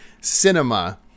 cinema